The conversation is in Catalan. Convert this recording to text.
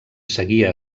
seguia